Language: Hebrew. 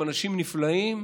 עם אנשים נפלאים,